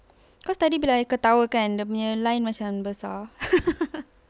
cause tadi bila I ketawa kan dia punya line macam besar